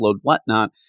whatnot